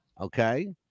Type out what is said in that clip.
Okay